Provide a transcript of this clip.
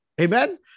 Amen